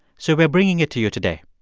so we're bringing it to you today.